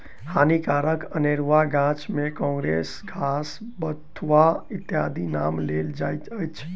हानिकारक अनेरुआ गाछ मे काँग्रेस घास, कबछुआ इत्यादिक नाम लेल जाइत अछि